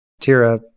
Tira